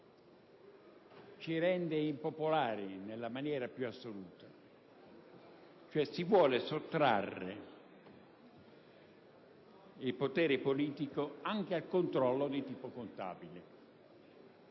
ci renda impopolari nella maniera più assoluta. In sostanza, si vuole sottrarre il potere politico anche al controllo di tipo contabile.